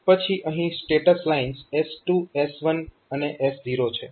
પછી અહીં status lines S2 S1 અને S0 છે